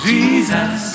Jesus